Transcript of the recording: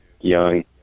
young